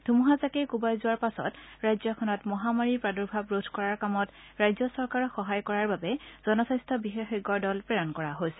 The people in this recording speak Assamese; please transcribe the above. ধুমুহাজাকে কোবাই যোৱাৰ পাছত ৰাজ্যখনত মহামাৰীৰ প্ৰাদূৰ্ভাৱ ৰোধ কৰাৰ কামত ৰাজ্য চৰকাৰক সহায় কৰাৰ বাবে জনস্বাস্থ্য বিশেষজ্ঞৰ দল প্ৰেৰণ কৰা হৈছে